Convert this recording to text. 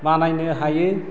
बानायनो हायो